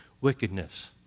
wickedness